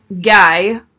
guy